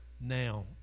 Now